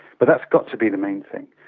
but that's got to be the main thing.